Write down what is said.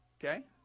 Okay